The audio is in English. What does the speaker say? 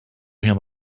him